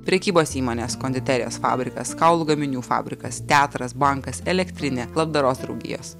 prekybos įmonės konditerijos fabrikas kaulų gaminių fabrikas teatras bankas elektrinė labdaros draugijos